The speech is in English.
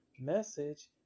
message